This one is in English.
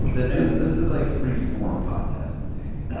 this is this is like freeform podcasting, danny.